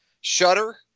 shutter